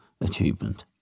achievement